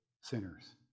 sinners